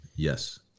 Yes